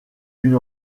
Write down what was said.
une